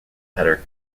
header